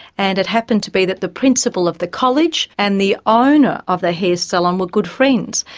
and it happened to be that the principal of the college and the owner of the hair salon were good friends.